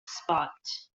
spot